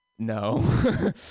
no